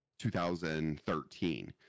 2013